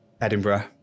Edinburgh